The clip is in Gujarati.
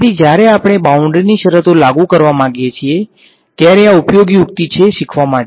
તેથી જ્યારે આપણે બાઉંડ્રીની શરતો લાગુ કરવા માગીએ છીએ ત્યારે આ ઉપયોગી યુક્તિ છે શિખવા માટે